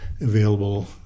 available